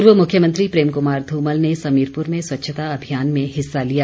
पूर्व मुख्यमंत्री प्रेम कुमार ध्रमल ने समीरपुर में स्वच्छता अभियान में हिस्सा लिया